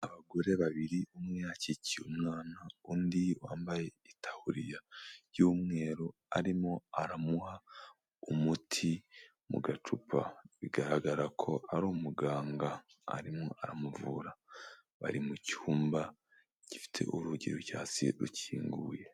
Abagore babiri, umwe akikiye umwana undi wambaye itaburiya y'umweru arimo aramuha umuti mu gacupa, bigaragara ko ari umuganga arimo aramuvura, bari mu cyumba gifite urugi rw'icyasi rukinguye.